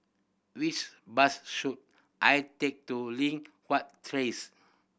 which bus should I take to Li Hwan